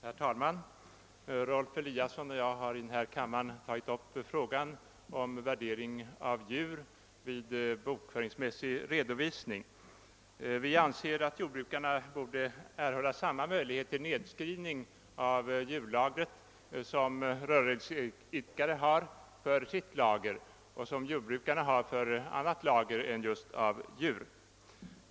Herr talman! Rolf Eliasson och jag har i denna kammare tagit upp frågan om värdering av djur vid bokföringsmässig redovisning. Vi anser att jordbrukarna borde erhålla samma möjligheter till nedskrivning av djurlagret som rörelseidkare har för sitt lager och som jordbrukarna har för annat lager än just av djur.